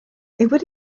would